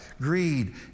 Greed